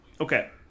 Okay